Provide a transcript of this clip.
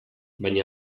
baina